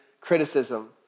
criticism